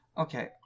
Okay